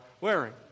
wearing